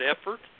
effort